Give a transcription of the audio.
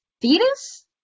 fetus